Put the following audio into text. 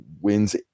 wins